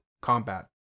combat